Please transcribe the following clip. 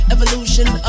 Evolution